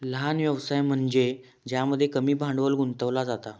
लहान व्यवसाय म्हनज्ये ज्यामध्ये कमी भांडवल गुंतवला जाता